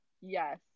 Yes